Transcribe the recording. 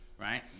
Right